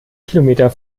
kilometer